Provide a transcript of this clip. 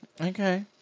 Okay